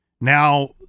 Now